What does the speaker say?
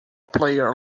player